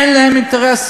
אין להם אינטרסים.